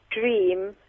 Dream